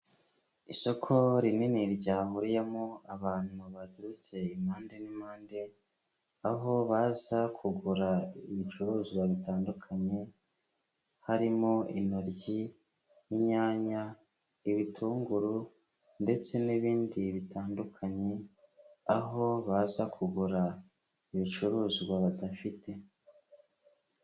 Isoko rinini ryahuriyemo abantu baturutse impande n'impande, aho baza kugura ibicuruzwa bitandukanye, harimo intoryi, inyanya, ibitunguru ndetse n'ibindi bitandukanye, aho baza kugura ibicuruzwa badafite.